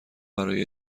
برای